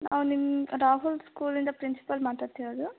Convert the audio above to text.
ನಾವು ನಿಮ್ಮ ರಾಹುಲ್ ಸ್ಕೂಲಿಂದ ಪ್ರಿನ್ಸಿಪಾಲ್ ಮಾತಾಡ್ತಿರೋದು